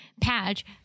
patch